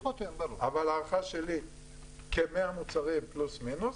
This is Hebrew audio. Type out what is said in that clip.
אבל הערכה שלי כ-100 מוצרים פלוס מינוס,